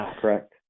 correct